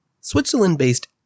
Switzerland-based